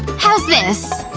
how's this?